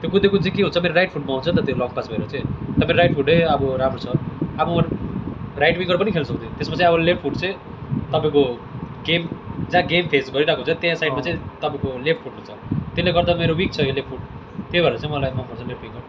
त्यो कुद्दै कुद्दै के हुन्छ मेरो राइट फुटमा आउँछ त त्यो लङ पास गरेको चाहिँ त मेरो राइट फुटै अब राम्रो छ अब राइट विङ्गर पनि खेल्नसक्छु त्यसमा चाहिँ अब लेफ्ट फुट चाहिँ तपाईँको गेम जहाँ गेम फेस गरिरहेको हुन्छ त्यहाँ साइडमा चाहिँ तपाईँको लेफ्ट फुट हुन्छ त्यसले गर्दा मेरो यो विक छ लेफ्ट फुट त्यही भएर चाहिँ मलाई मनपर्दैन लेफ्ट विङ्गर